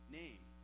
name